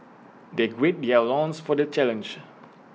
they gird their loins for the challenge